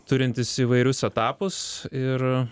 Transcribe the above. turintis įvairius etapus ir